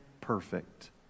perfect